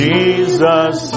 Jesus